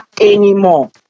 anymore